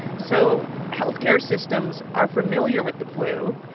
so health care systems are familiar with the flu.